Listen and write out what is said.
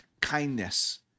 kindness